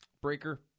Breaker